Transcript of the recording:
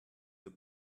the